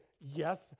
yes